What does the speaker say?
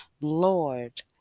Lord